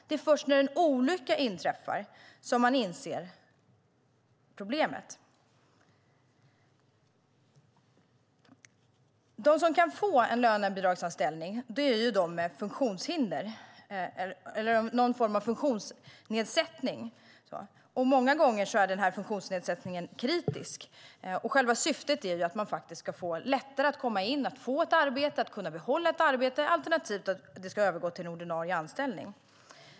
Det är först när en olycka inträffar som man inser problemet. De som kan få lönebidragsanställning är de som har någon form av funktionsnedsättning. Många gånger är denna funktionsnedsättning kritisk. Själva syftet är att det ska vara lättare att komma in och få ett arbete, att kunna behålla ett arbete alternativt att det ska övergå till en ordinarie anställning.